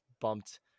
bumped